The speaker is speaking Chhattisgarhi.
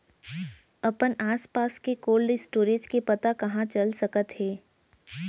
अपन आसपास के कोल्ड स्टोरेज के पता कहाँ चल सकत हे?